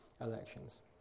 elections